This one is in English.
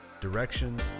directions